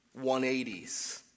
180s